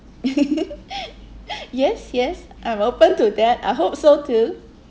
yes yes I'm open to that I hope so too